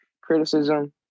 criticism